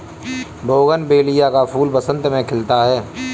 bougainvillea का फूल बसंत में खिलता है